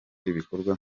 ibikorwa